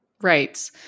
Right